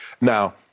Now